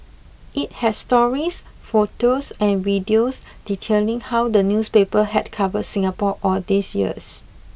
it has stories photos and videos detailing how the newspaper had covered Singapore all these years